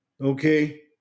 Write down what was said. Okay